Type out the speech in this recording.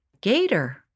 Gator